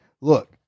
look